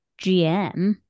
GM